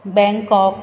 Bangkok